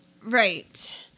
Right